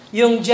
yung